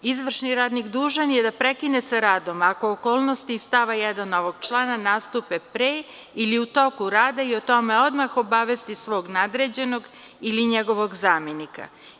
Izvršni radnik dužan je da prekine sa radom ako okolnosti iz stava 1. ovog člana nastupe pre ili u toku rada i o tome odmah obavesti svog nadređenog ili njegovog zamenika.